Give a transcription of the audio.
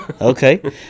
okay